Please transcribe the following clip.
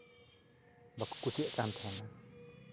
ᱵᱟᱠᱚ ᱠᱩᱥᱤᱭᱟᱜ ᱠᱟᱱ ᱛᱟᱦᱮᱱᱟ